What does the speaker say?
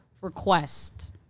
request